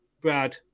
Brad